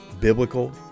biblical